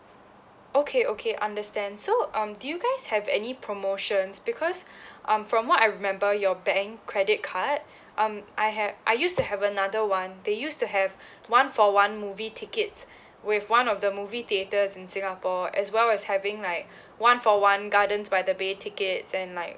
okay okay understand so um do you guys have any promotions because um from what I remember your bank credit card um I ha~ I used to have another one they used to have one for one movie tickets with one of the movie theatres in singapore as well as having like one for one gardens by the bay tickets and like